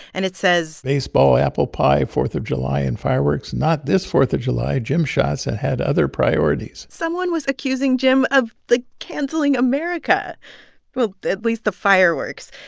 and it says. baseball, apple pie, fourth of july, and fireworks not this fourth of july. jim schatz had had other priorities someone was accusing jim of, like, canceling america well, at least the fireworks.